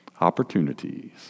Opportunities